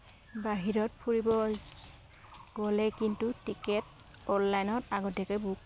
বাহিৰত ফুৰিব গ'লে কিন্তু টিকেট অনলাইনত আগতীয়াকৈ বুক